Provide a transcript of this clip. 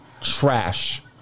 trash